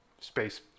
Space